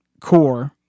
core